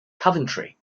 coventry